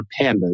pandas